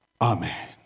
Amen